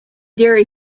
dairy